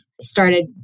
started